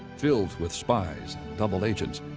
filled with spies double agents,